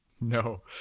No